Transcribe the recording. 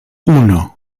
uno